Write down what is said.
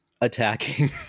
attacking